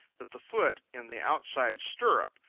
that the foot in the outside stirrup,